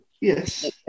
Yes